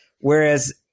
Whereas